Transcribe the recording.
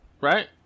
right